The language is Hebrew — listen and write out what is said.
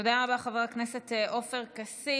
תודה רבה, חבר הכנסת עופר כסיף.